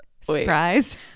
surprise